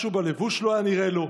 משהו בלבוש לא היה נראה לו,